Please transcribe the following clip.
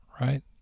right